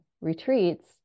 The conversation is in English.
retreats